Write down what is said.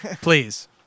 Please